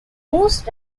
most